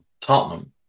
Tottenham